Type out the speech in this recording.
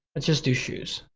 let's just do shoes,